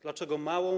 Dlaczego małą?